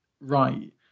right